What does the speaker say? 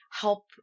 help